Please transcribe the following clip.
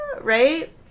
right